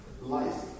life